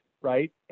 right